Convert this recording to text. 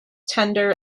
tender